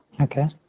okay